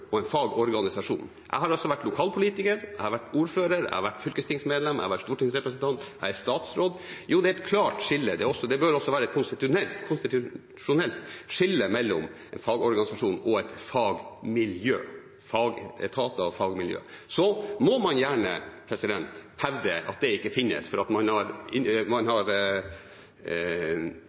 og en fagorganisasjon. Jeg har også vært lokalpolitiker, jeg har vært ordfører, jeg har vært fylkestingsmedlem, jeg har vært stortingsrepresentant, og jeg er statsråd. Det er et klart skille, det bør også være et konstitusjonelt skille, mellom en fagorganisasjon og et fagmiljø – fagetater og fagmiljø. Man må gjerne hevde at det ikke finnes, fordi man har inngått noen avtaler om samarbeid som gjør at man